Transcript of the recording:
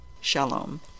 Shalom